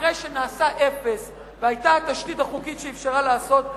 אחרי שנעשה אפס והיתה התשתית החוקית שאפשרה לעשות,